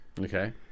okay